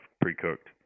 pre-cooked